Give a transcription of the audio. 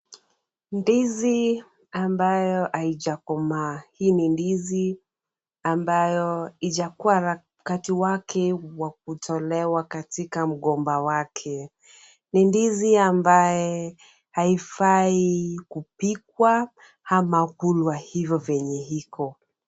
Ndizi ambayo haijakomaa. Hii ni ndizi ambayo haijakuwa wakati wake wa kutolewa katika mgomba wake. Ni ndizi ambaye haifai kupikwa ama kuliwa hivyo venye iko.